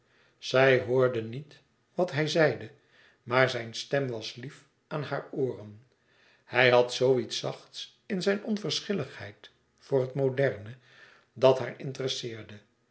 zij hoorde niet wat hij zeide maar zijn stem was e ids aargang lief aan haar ooren hij had zoo iets zachts in zijn onverschilligheid voor het moderne dat haar interesseerde